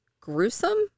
gruesome